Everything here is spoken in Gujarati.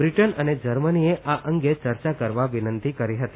બ્રિટન અને જર્મનીએ આ અંગે ચર્ચા કરવા વિનંતી કરી હતી